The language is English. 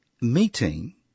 meeting